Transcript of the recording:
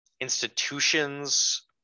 institutions